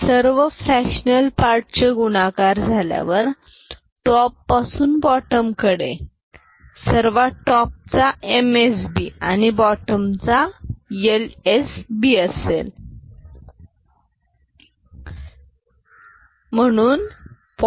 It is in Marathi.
सर्व फ्रॅक्टनल पार्टचे गुणाकार झाल्यावर टॉप पासून बॉटोम कडे सर्वात टॉप चा MSB आणि बोटॉम चा LSB असेल म्हणून 0